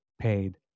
paid